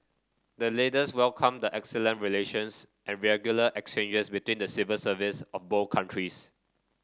the leaders welcomed the excellent relations and regular exchanges between the civil service of both countries